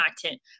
Content